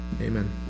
Amen